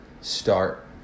start